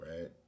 right